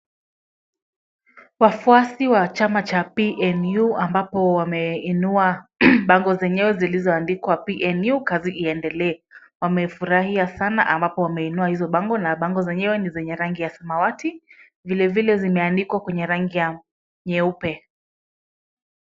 Wafuasi wa chama cha PNU ambapo wameinua bango zenyeo zilizoandikwa PNU kazi iendelee. Wamefurahia sana ambapo wameinua hizo bango na bango zenyeo ni zenye rangi ya samawati vile vile zime andikwa kwenye rangi ya nyeupe.